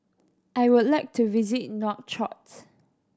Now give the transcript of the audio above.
I would like to visit Nouakchott